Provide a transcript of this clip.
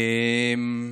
אני